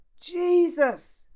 Jesus